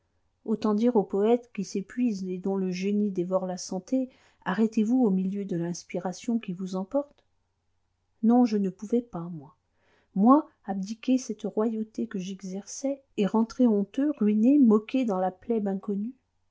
autant dire au poëte qui s'épuise et dont le génie dévore la santé arrêtez-vous au milieu de l'inspiration qui vous emporte non je ne pouvais pas moi moi abdiquer cette royauté que j'exerçais et rentrer honteux ruiné moqué dans la plèbe inconnue